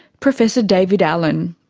professor david allen.